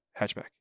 Hatchback